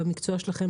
במקצוע שלכם,